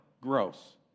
gross